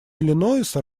иллинойса